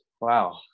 Wow